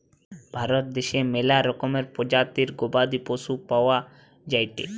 ভারত দ্যাশে ম্যালা রকমের প্রজাতির গবাদি পশু পাওয়া যায়টে